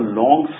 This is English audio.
long